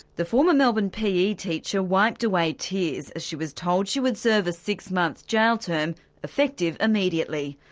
the former melbourne pe teacher wiped away tears as she was told she would serve a six-month jail term effective immediately.